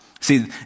See